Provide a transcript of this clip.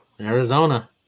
Arizona